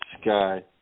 sky